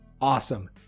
awesome